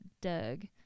Doug